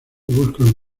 buscan